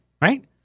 Right